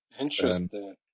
Interesting